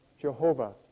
Jehovah